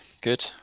Good